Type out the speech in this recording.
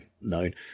known